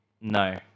No